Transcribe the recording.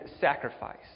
sacrifice